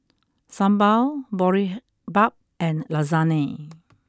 Sambar Boribap and Lasagne